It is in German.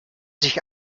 sich